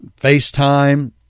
FaceTime